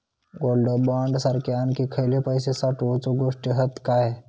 Gold bond सारखे आणखी खयले पैशे साठवूचे गोष्टी हत काय?